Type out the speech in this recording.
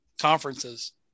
conferences